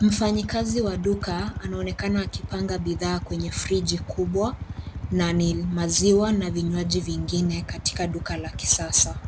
Mfanyikazi wa duka anaonekana akipanga bidhaa kwenye frigi kubwa, na ni maziwa na vinywaji vingine katika duka la kisasa,